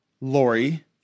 lori